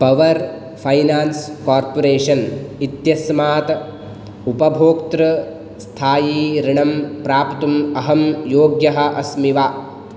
power finance corporation इत्यस्मात् उपभोक्तृ स्थायि ऋणम् प्राप्तुम् अहं योग्यः अस्मि वा